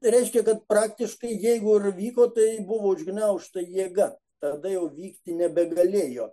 tai reiškia kad praktiškai jeigu ir vyko tai buvo užgniaužta jėga tada jau vykti nebegalėjo